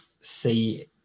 see